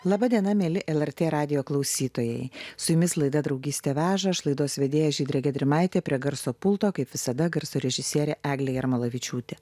laba diena mieli lrt radijo klausytojai su jumis laida draugystė veža aš laidos vedėja žydrė gedrimaitė prie garso pulto kaip visada garso režisierė eglė jarmalavičiūtė